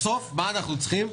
בסוף מה אנחנו צריכים?